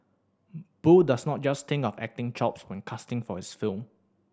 Boo does not just think of acting chops when casting for his film